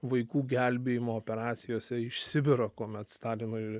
vaikų gelbėjimo operacijose iš sibiro kuomet stalinui